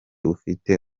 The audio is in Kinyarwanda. ufite